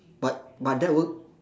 but my dad work